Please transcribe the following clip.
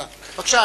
בבקשה.